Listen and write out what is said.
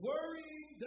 Worrying